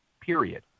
period